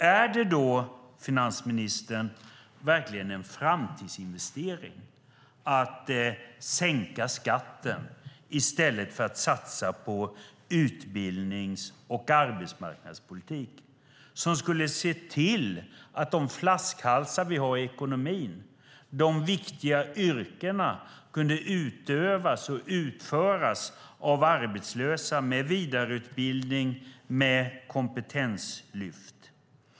Är det då, finansministern, verkligen en framtidsinvestering att sänka skatten i stället för att satsa på utbildnings och arbetsmarknadspolitik för att komma till rätta med de flaskhalsar vi har i ekonomin? Dessa viktiga yrken och arbeten skulle kunna utövas och utföras av tidigare arbetslösa efter vidareutbildning och kompetenslyft.